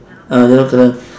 ah yellow colour